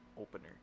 opener